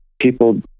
people